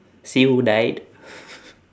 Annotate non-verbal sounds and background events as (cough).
see who died (laughs)